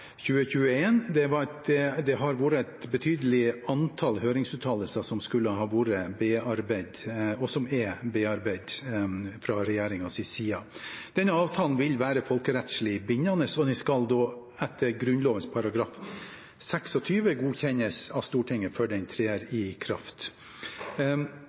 at høringsfristen var satt til 8. desember 2021. Det har vært et betydelig antall høringsuttalelser som skulle ha vært bearbeidet, og som er bearbeidet, fra regjeringens side. Denne avtalen vil være folkerettslig bindende, og den skal etter Grunnloven § 26 godkjennes av Stortinget før den trer